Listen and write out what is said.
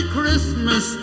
Christmas